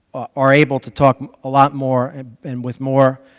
are able to talk a lot more and with more